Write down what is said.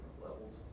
levels